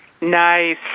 Nice